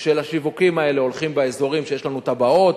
של השיווקים האלה הולכים באזורים שיש לנו תב"עות.